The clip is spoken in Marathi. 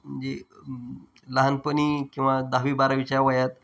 म्हणजे लहानपणी किंवा दहावी बारावीच्या वयात